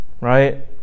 right